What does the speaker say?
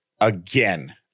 again